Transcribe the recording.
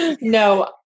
No